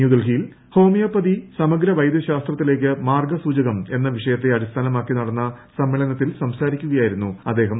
നൃൂഡൽഹിയിൽ homeopathy സമഗ്ര വൈദ്യശാസ്ത്രത്തിലേക്ക് മാർഗസൂചകം എന്ന വിഷയത്തെ അടിസ്ഥാനമാക്കി നടന്ന സമ്മേളനത്തിൽ സംസാരിക്കുകയായിരുന്നു അദ്ദേഹം